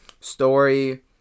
Story